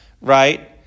right